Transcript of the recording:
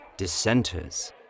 dissenters